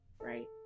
right